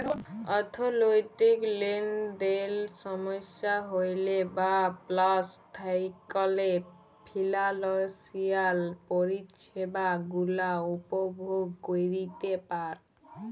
অথ্থলৈতিক লেলদেলে সমস্যা হ্যইলে বা পস্ল থ্যাইকলে ফিলালসিয়াল পরিছেবা গুলা উপভগ ক্যইরতে পার